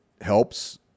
helps